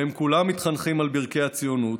והם כולם מתחנכים על ברכי הציונות,